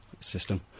system